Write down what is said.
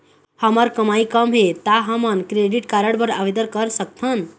हमर कमाई कम हे ता हमन क्रेडिट कारड बर आवेदन कर सकथन?